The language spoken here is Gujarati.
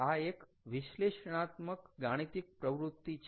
આ એક વિશ્લેષણાત્મક ગાણિતિક પ્રવૃત્તિ છે